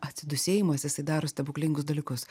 atsidūsėjimas jisai daro stebuklingus dalykus